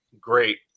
great